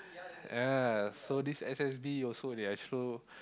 ya so this S_S_B also they also